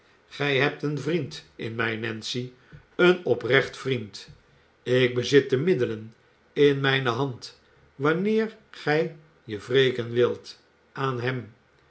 gij hebt een vriend in mij nancy een oprecht vriend ik bezit de middelen in mijne hand wanneer gij je wreken wilt aan hem